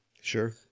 Sure